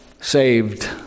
saved